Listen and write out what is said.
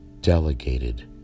delegated